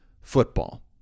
football